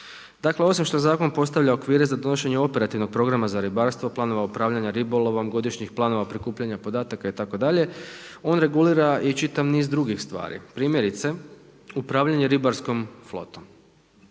Dakle, osim što zakon postavlja okvire za donošenje operativnog programa za ribarstvo, planove upravljanja ribolovom, godišnjih planova prikupljanja podataka itd. on regulira i čitav niz drugih stvari. Primjerice upravljanje ribarskom flotom.